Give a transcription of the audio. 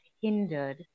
hindered